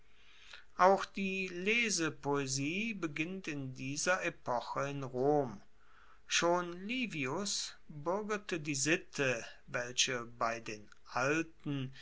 auch die lesepoesie beginnt in dieser epoche in rom schon livius buergerte die sitte welche bei den alten